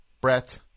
Brett